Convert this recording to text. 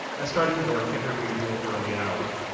and started work at her usual early hour.